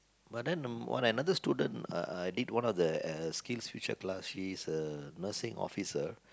but then wh~ another student uh did one of the a skills future class she's a nursing officer